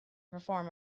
perform